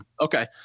Okay